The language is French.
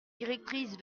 directrice